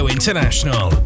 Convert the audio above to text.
International